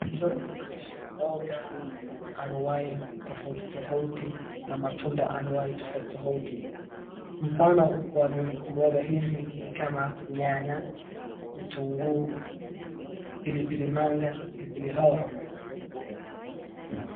Mchoro huu unaonyesha mboga ,anuwai tofauti tofauti na matunda anuwai tofauti tofauti. Mfano wa mboga hizi ni kama: Nyanya, vitungu, pilipili manga, pilipili hoho.